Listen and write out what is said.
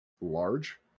large